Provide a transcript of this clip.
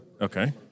Okay